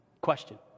Question